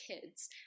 kids